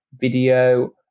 video